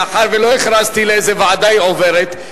מאחר ולא הכרזתי לאיזו ועדה היא עוברת,